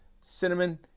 cinnamon